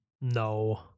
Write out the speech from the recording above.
No